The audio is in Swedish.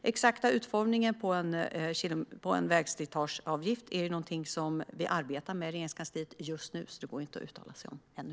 Den exakta utformningen av en vägslitageavgift är någonting som vi arbetar med i Regeringskansliet just nu, så det går inte att uttala sig om ännu.